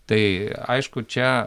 tai aišku čia